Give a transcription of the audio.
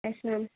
yes ma'am